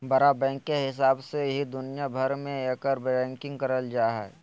बड़ा बैंक के हिसाब से ही दुनिया भर मे एकर रैंकिंग करल जा हय